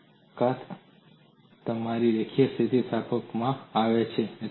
તાકાત તમારી રેખીય સ્થિતિસ્થાપકતામાંથી આવે છે